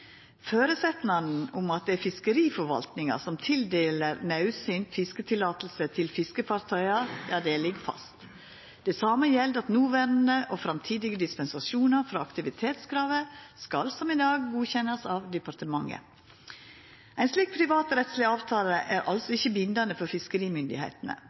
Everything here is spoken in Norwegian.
Føresetnaden om at det er fiskeriforvaltinga som tildeler naudsynt fiskeløyve til fiskefartøya, ligg fast. Det same gjeld at noverande og framtidige dispensasjonar frå aktivitetskravet skal, som i dag, godkjennast av departementet. Ein slik privatrettsleg avtale er altså ikkje bindande for fiskerimyndigheitene.